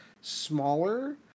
smaller